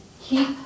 keep